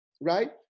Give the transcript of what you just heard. right